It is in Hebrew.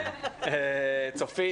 לצופית.